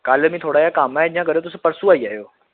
कल्ल मिगी थोह्ड़ा जेहा कम्म ऐ तुस इक्क गल्ल करेओ परसों आई जाएओ